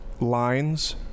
lines